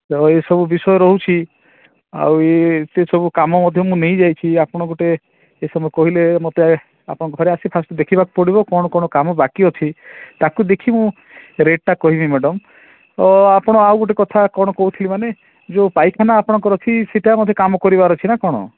ତ ଏହିସବୁ ବିଷୟ ରହୁଛି ଆଉ ଇଏ ଏତେ ସବୁ କାମ ମଧ୍ୟ ମୁଁ ନେଇ ଯାଇଛି ଆପଣ ଗୋଟେ ମୋତେ କହିଲେ ମୋତେ ଆପଣଙ୍କ ଘରେ ଆସି ଫାର୍ଷ୍ଟ ଦେଖିବାକୁ ପଡ଼ିବ କ'ଣ କ'ଣ କାମ ବାକି ଅଛି ତାକୁ ଦେଖି ମୁଁ ରେଟ୍ଟା କହିବି ମ୍ୟାଡ଼ାମ୍ ତ ଆପଣ ଆଉ ଗୋଟେ କଥା କ'ଣ କହୁଥିଲି ମାନେ ଯେଉଁ ପାଇଖାନା ଆପଣଙ୍କର ଅଛି ସେଟା ମଧ୍ୟ କାମ କରିବାକୁ ଅଛି ନା କ'ଣ